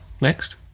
next